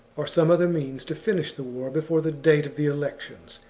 or some other means to finish the war before the date of the elections,